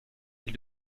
ils